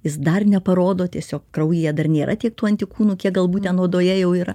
jis dar neparodo tiesiog kraujyje dar nėra tiek tų antikūnų kiek galbūt ten odoje jau yra